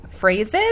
phrases